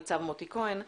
ניצב מוטי כהן,